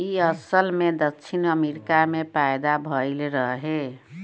इ असल में दक्षिण अमेरिका में पैदा भइल रहे